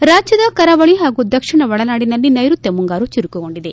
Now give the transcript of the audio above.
PTC ರಾಜ್ಯದ ಕರಾವಳಿ ಹಾಗೂ ದಕ್ಷಿಣ ಒಳನಾಡಿನಲ್ಲಿ ನೈರುತ್ಯ ಮುಂಗಾರು ಚುರುಕುಗೊಂಡಿದೆ